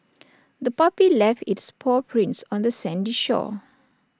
the puppy left its paw prints on the sandy shore